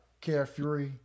carefree